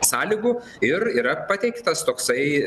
sąlygų ir yra pateiktas toksai